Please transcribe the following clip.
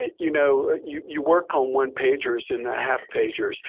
you know, you you work on one-pagers and the half pagers,